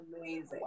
amazing